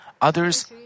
others